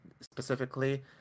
specifically